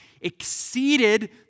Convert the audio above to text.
exceeded